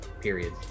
Period